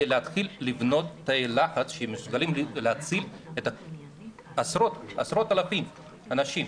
להתחיל לבנות תאי לחץ שיכולים להציל עשרות אלפי אנשים,